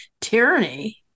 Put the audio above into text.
tyranny